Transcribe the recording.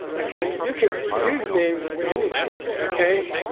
okay, you can use names for anything, okay?